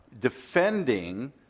defending